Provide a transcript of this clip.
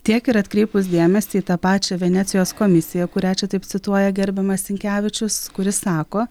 tiek ir atkreipus dėmesį į tą pačią venecijos komisiją kurią čia taip cituoja gerbiamas sinkevičius kuris sako